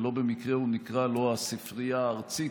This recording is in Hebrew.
ולא במקרה הוא נקרא לא הספרייה הארצית